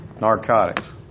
Narcotics